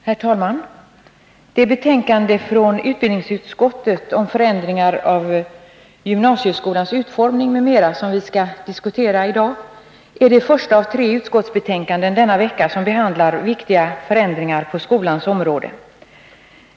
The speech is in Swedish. Herr talman! Det betänkande från utbildningsutskottet om förändringar av gymnasieskolans utformning m.m. som vi i dag skall diskutera är det första av tre utskottsbetänkanden denna vecka som rör viktiga förändringar på skolans område.